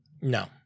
No